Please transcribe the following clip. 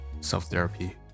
self-therapy